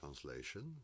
translation